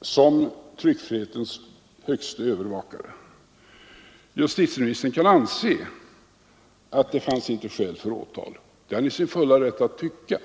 såsom tryckfrihetens högste övervakare. Justitieministern kan anse att det inte finns skäl för åtal; det är han i sin fulla rätt att tycka.